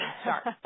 start